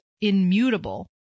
immutable